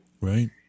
Right